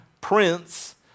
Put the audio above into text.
prince